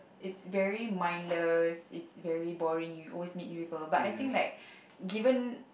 it's very mindless it's very boring you always meet new people but I think like given